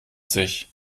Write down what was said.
sich